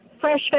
Fresh